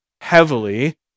heavily